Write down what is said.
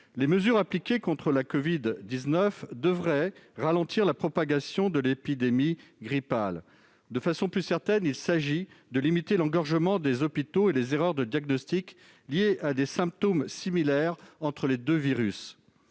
Les mesures appliquées contre la covid-19 devraient ralentir la propagation de l'épidémie grippale. De façon plus certaine, il s'agit de limiter l'engorgement des hôpitaux et les erreurs de diagnostic liées à des symptômes similaires entre les deux virus.